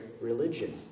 religion